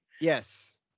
Yes